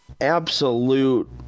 absolute